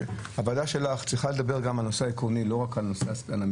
הוועדה שלך צריכה לדבר גם על הנושא העקרוני ולא רק על המקרים.